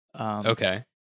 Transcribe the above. Okay